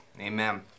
Amen